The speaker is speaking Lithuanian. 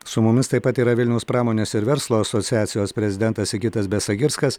su mumis taip pat yra vilniaus pramonės ir verslo asociacijos prezidentas sigitas besagirskas